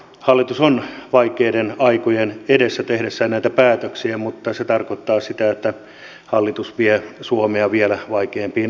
hallitus on vaikeiden aikojen edessä tehdessään näitä päätöksiä mutta se tarkoittaa sitä että hallitus vie suomea vielä vaikeampiin aikoihin